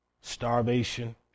starvation